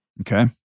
Okay